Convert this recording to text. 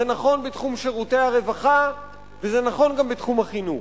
זה נכון בתחום שירותי הרווחה וזה נכון גם בתחום החינוך.